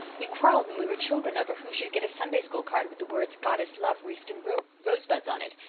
we quarrelled when we were children over who should get a sunday-school card with the words god is love wreathed and in rosebuds, on it,